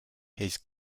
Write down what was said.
his